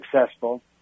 successful